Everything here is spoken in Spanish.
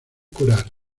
curar